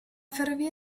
ferrovia